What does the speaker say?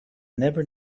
never